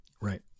Right